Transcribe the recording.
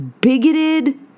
bigoted